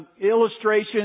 illustration